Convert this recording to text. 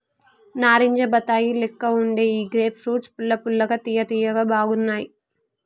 నారింజ బత్తాయి లెక్క వుండే ఈ గ్రేప్ ఫ్రూట్స్ పుల్ల పుల్లగా తియ్య తియ్యగా బాగున్నాయ్